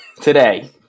today